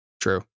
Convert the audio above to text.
True